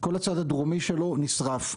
כל הצד הדרומי שלו נשרף,